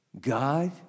God